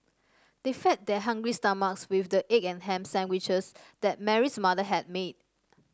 they fed their hungry stomachs with the egg and ham sandwiches that Mary's mother had made